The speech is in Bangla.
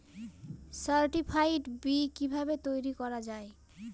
সার্টিফাইড বি কিভাবে তৈরি করা যায়?